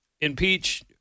impeach